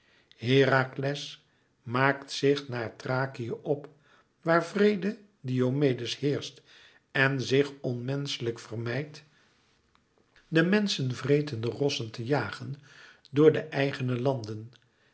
herakles maakt zich naar thrakië op waar wreede diomedes heerscht en zich onmenschelijk vermeit de menschen vretende rossen te jagen door de eigene landen